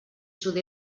sud